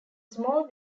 small